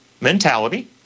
mentality